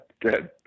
good